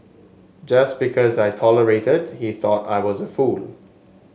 just because I tolerated he thought I was a fool